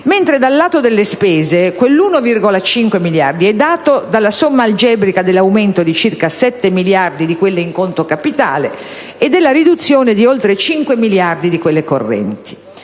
mentre dal lato delle spese, la cifra di 1,5 miliardi è data dalla somma algebrica dell'aumento di circa 7 miliardi di quelle in conto capitale e della riduzione di oltre 5 miliardi di quelle correnti.